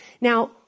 Now